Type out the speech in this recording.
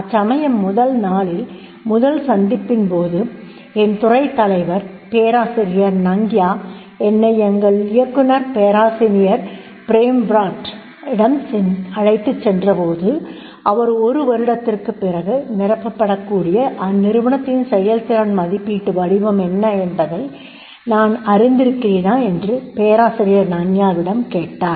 அச்சமயம் முதல் நாளில் முதல் சந்திப்பின்போது என் துறை தலைவர் பேராசிரியர் நங்யா என்னை எங்கள் இயக்குனர் பேராசிரியர் Prem Vrat Director Professor Prem Vrat டிடம் அழைத்துச் சென்றபோது அவர் ஒரு வருடத்திற்குப் பிறகு நிரப்பப்படக்கூடிய இந்நிறுவனத்தின் செயல்திறன் மதிப்பீட்டு வடிவம் என்ன என்பதை நான் அறிந்திருக்கிறேனா என்று பேராசிரியர் நங்யா விடம் கேட்டார்